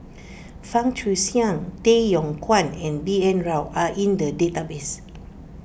Fang Guixiang Tay Yong Kwang and B N Rao are in the database